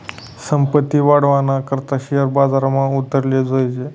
संपत्ती वाढावाना करता शेअर बजारमा उतराले जोयजे